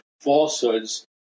falsehoods